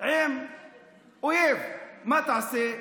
עם אויב, מה תעשה?